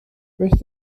beth